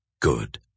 Good